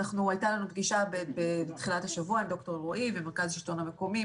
הייתה לנו פגישה בתחילת השבוע עם ד"ר אלרעי ומרכז השלטון המקומי,